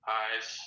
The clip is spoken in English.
eyes